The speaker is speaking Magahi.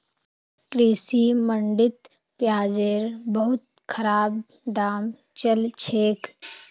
कृषि मंडीत प्याजेर बहुत खराब दाम चल छेक